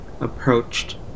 approached